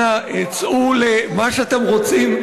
אנא צאו למה שאתם רוצים,